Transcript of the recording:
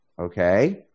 Okay